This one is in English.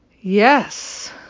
Yes